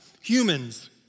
Humans